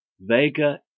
Vega